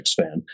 fan